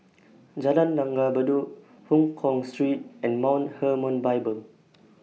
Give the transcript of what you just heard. Jalan Langgar Bedok Hongkong Street and Mount Hermon Bible